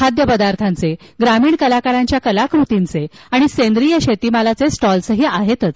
खाद्यपदार्थांचे ग्रामीण कलाकारांच्या कलाकृतींचे आणि सेंद्रिय शेतमालाचे स्टॉल्सही आहेतच